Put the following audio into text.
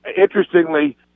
interestingly